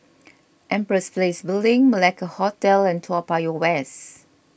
Empress Place Building Malacca Hotel and Toa Payoh West